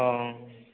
ꯑꯣ